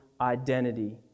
identity